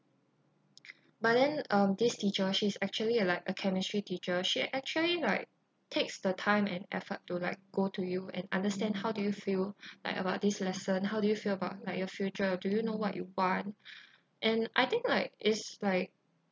but then um this teacher she's actually uh like a chemistry teacher she actually like takes the time and effort to like go to you and understand how do you feel like about this lesson how do you feel about like your future do you know what you want and I think like is like